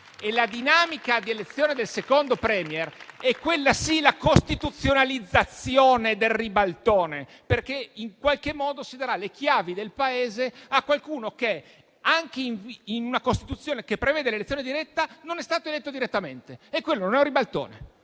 La dinamica di elezione del secondo *Premier* è, quella sì, la costituzionalizzazione del ribaltone, perché in qualche modo si daranno le chiavi del Paese a qualcuno che, anche in una Costituzione che prevede l'elezione diretta, non è stato eletto direttamente. Quello non è un ribaltone?